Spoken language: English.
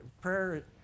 Prayer